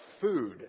food